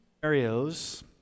scenarios